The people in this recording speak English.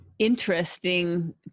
Interesting